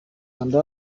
kanda